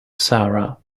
sara